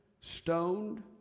stoned